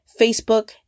Facebook